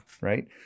right